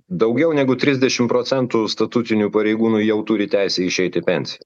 daugiau negu trisdešimt procentų statutinių pareigūnų jau turi teisę išeit į pensiją